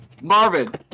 Marvin